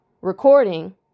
recording